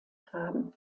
haben